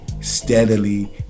steadily